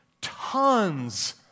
tons